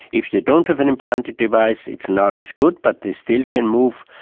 if they don't have an implanted device, it's not as good but they still can move.